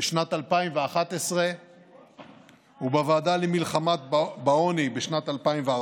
בשנת 2011, ובוועדה למלחמה בעוני בשנת 2014